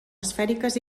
esfèriques